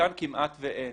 ובחלקן כמעט ואין.